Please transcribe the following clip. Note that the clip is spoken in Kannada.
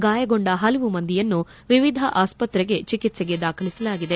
ಗಾಯಗೊಂಡ ಹಲವು ಮಂದಿಯನ್ನು ವಿವಿಧ ಆಸ್ತ್ರೆಗೆ ಚಿಕಿತ್ವೆಗೆ ದಾಖಲಿಸಲಾಗಿದೆ